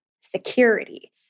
security